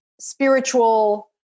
spiritual